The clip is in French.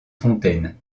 fontaine